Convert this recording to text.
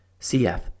cf